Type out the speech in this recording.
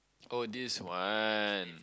oh this one